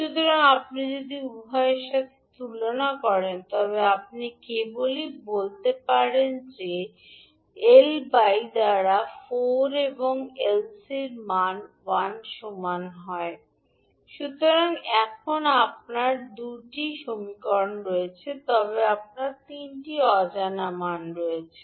সুতরাং আপনি যদি উভয়ের সাথে তুলনা করেন তবে আপনি কেবলই বলতে পারেন যে L বাই দ্বারা আর 4 নয় এবং এলসি দ্বারা 1 সমান হয় 20 সুতরাং এখানে আবার আপনার 2 টি সমীকরণ রয়েছে তবে আপনার 3 টি অজানা রয়েছে